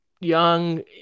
young